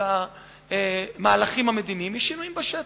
של המהלכים המדיניים היא שינויים בשטח.